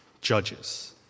judges